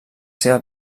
seva